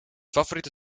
favoriete